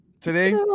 Today